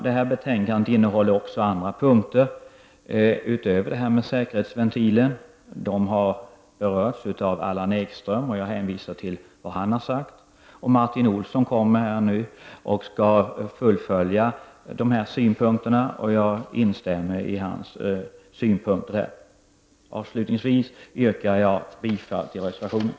Det här betänkandet innehåller också andra punkter, utöver detta med säkerhetsventilen. De har berörts av Allan Ekström, och jag hänvisar till vad han har sagt. Martin Olsson kommer nu att fullfölja dessa synpunkter, och jag instämmer i hans resonemang. Avslutningsvis yrkar jag bifall till reservationen.